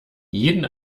jeden